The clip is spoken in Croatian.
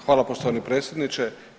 Hvala poštovani predsjedniče.